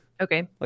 Okay